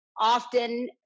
often